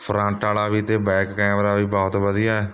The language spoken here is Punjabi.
ਫਰੰਟ ਵਾਲਾ ਵੀ ਅਤੇ ਬੈਕ ਕੈਮਰਾ ਵੀ ਬਹੁ ਵਧੀਆ ਹੈ